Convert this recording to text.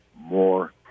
more